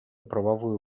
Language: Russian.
правовую